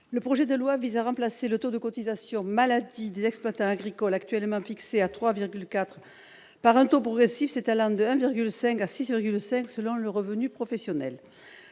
Le projet de loi vise à remplacer le taux de cotisation maladie des exploitants agricoles, actuellement fixé à 3,04 %, par un taux progressif s'étalant de 1,5 % à 6,5 % selon le revenu professionnel.